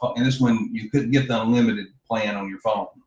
but and so and you could give them unlimited plan on your phone,